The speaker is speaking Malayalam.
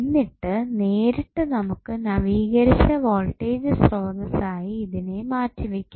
എന്നിട്ട് നേരിട്ട് നമുക്ക് നവീകരിച്ച വോൾടേജ് സ്രോതസ്സായി ഇതിനെ മാറ്റിവയ്ക്കാം